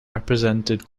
represented